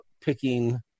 picking